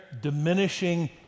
diminishing